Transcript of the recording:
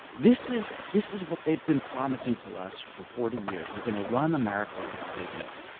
this is this is what they've been promising to us for forty years, we're gonna run america like a business,